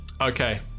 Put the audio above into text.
okay